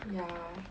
ya